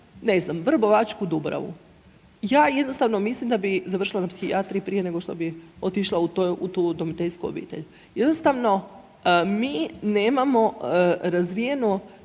ne znam Vrbovačku dubravu. Ja jednostavno mislim da bih završila na psihijatriji nego što bih otišla u tu udomiteljsku obitelj. Jednostavno mi nemamo razvijenu